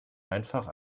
einfach